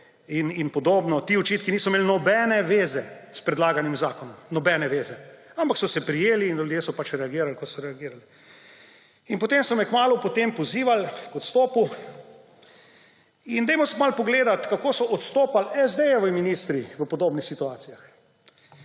in podobno. Ti očitki niso imeli nobene zveze s predlaganim zakonom, nobene zveze, ampak so se prijeli in ljudje so pač reagirali, kot so reagirali. In potem so me kmalu po tem pozivali k odstopu. Poglejmo si malo, kako so odstopali SD-jevi ministri v podobnih situacijah.